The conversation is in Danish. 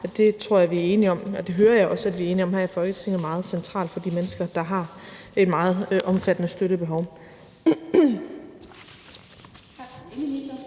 det tror jeg vi er enige om, og det hører jeg også vi er enige om her i Folketinget, meget centralt for de mennesker, der har et meget omfattende støttebehov.